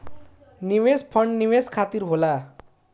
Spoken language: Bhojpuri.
निवेश फंड निवेश खातिर होला